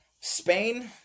Spain